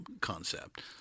concept